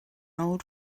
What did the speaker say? old